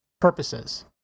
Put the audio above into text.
purposes